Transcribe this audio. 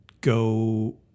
go